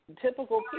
typical